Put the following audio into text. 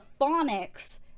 phonics